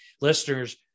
listeners